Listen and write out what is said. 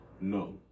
No